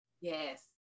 Yes